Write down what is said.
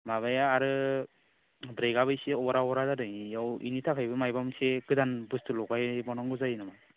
माबाया आरो ब्रेकआबो एसे अरा अरा जादों बेयाव बेनि थाखायबो माबा मोनसे गोदान बुस्तु लगाय बावनांगौ जायो नामा